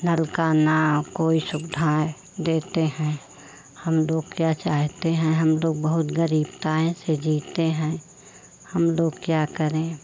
नल का न कोई सुविधाएँ देते हैं हम लोग क्या चाहते हैं हम लोग बहुत से जीते हैं हम लोग क्या करें